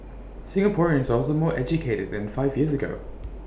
Singaporeans are also more educated now than five years ago